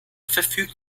verfügt